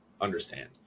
understand